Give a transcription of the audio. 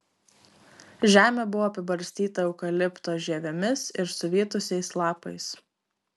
žemė buvo apibarstyta eukalipto žievėmis ir suvytusiais lapais